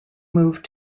moved